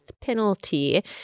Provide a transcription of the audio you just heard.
penalty